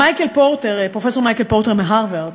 מייקל פורטר, פרופסור מייקל פורטר מהרווארד